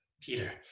Peter